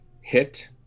hit